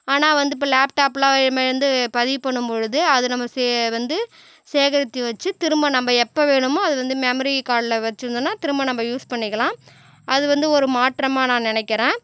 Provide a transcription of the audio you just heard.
ஆனால் வந்து இப்போ லேப்டாப்பெல்லாம் இதுமாரி வந்து பதிவு பண்ணும் பொழுது அது நம்ம சே வந்து சேகரித்து வச்சு திரும்ப நம்ம எப்போ வேணுமோ அது வந்து மெமரி கார்டில் வச்சுருந்தோம்னா திரும்ப நம்ம யூஸ் பண்ணிக்கலாம் அது வந்து ஒரு மாற்றமாக நான் நெனைக்கிறேன்